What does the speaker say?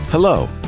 Hello